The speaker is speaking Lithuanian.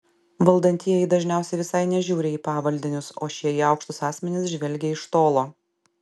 valdantieji dažniausiai visai nežiūri į pavaldinius o šie į aukštus asmenis žvelgia iš tolo